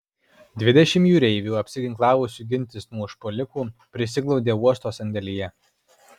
dvidešimt jūreivių apsiginklavusių gintis nuo užpuolikų prisiglaudė uosto sandėlyje